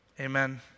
Amen